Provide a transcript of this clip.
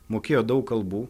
mokėjo daug kalbų